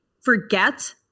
forget